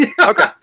Okay